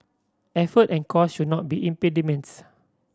effort and cost should not be impediments